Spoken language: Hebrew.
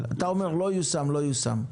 אתה אומר שלא יושם ולא יושם.